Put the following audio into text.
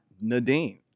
Nadine